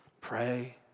Pray